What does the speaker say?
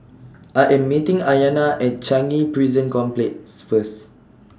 I Am meeting Ayanna At Changi Prison Complex First